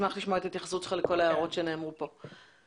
נשמח לשמוע את התייחסותך לכל ההערות שנאמרו כאן.